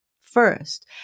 first